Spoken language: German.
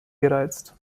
gereizt